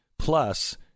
Plus